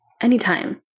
anytime